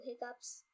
hiccups